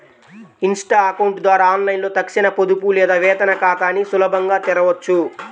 Insta account ద్వారా ఆన్లైన్లో తక్షణ పొదుపు లేదా వేతన ఖాతాని సులభంగా తెరవొచ్చు